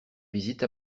visite